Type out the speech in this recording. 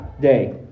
day